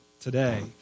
today